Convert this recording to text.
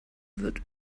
wird